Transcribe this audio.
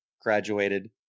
graduated